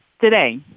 today